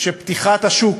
שפתיחת השוק